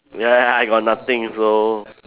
ya ya ya I got nothing so